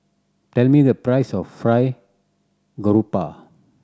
tell me the price of Fried Garoupa